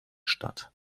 statt